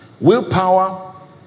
Willpower